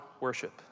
worship